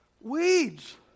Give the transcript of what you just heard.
Weeds